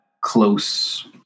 close